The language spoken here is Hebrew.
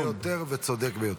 חוק חברתי ביותר וצודק ביותר.